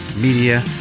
media